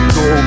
go